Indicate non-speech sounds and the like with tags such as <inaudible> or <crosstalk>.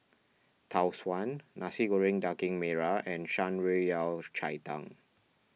Tau Suan Nasi Goreng Daging Merah and Shan Rui Yao <unintelligible> Cai Tang